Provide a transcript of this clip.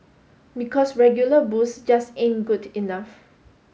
because regular booze just ain't good enough